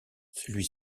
celui